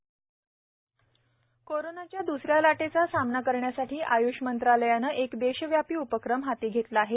आय्ष मंत्रालय कोरोनाच्या द्रसऱ्या लाटेचा सामना करण्यासाठी आयुष मंत्रालयाने एक देशव्यापी उपक्रम हाती घेतला आहे